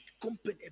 company